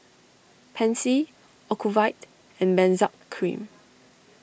Pansy Ocuvite and Benzac Cream